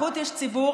בחוץ יש ציבור,